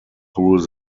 through